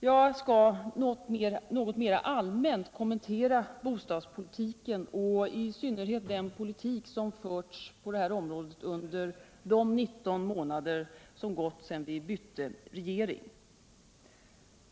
Jag skall något mer allmänt kommentera bostadspolitiken och i synnerhet den politik som förts på detta område under de 19 månader som gått sedan vi bytte regering.